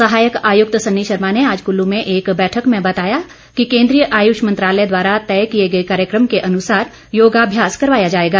सहायक आयुक्त सन्नी शर्मा ने आज कल्लू में एक बैठक में बताया कि केन्द्रीय आयूष मंत्रालय द्वारा तय किए गए कार्यक्रम के अनुसार योगाभ्यास करवाया जाएगा